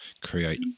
create